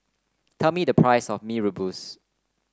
tell me the price of Mee Rebus